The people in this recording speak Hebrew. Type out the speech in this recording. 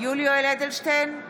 יולי יואל אדלשטיין,